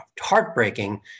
heartbreaking